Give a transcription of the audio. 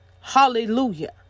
Hallelujah